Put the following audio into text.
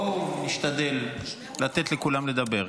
בואו נשתדל לתת לכולם לדבר.